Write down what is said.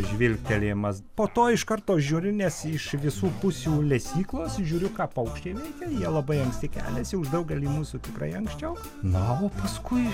žvilgtelėjimas po to iš karto žiūriu nes iš visų pusių lesyklos žiūriu ką paukščiai veikia jie labai anksti keliasi už daugelį mūsų tikrai anksčiau na o paskui